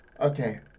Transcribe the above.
Okay